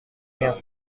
rien